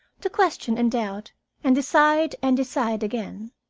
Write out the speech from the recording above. to question and doubt and decide and decide again.